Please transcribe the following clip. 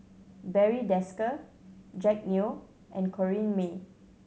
Barry Desker Jack Neo and Corrinne May